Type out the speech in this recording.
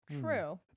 True